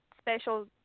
special